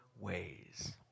ways